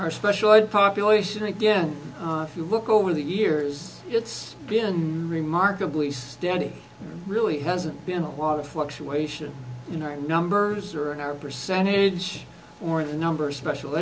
our special ed population again if you look over the years it's been remarkably steady really hasn't been a lot of fluctuation in our numbers or in our percentage or the number of special